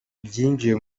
byinjiye